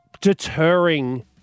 deterring